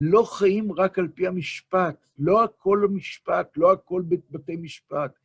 לא חיים רק על פי המשפט, לא הכל במשפט, לא הכל בתי משפט.